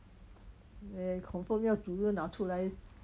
then confirm 要煮要那出来